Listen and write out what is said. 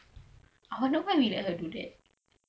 I wonder why we let her do that